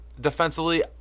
defensively